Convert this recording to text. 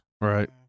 Right